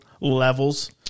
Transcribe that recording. levels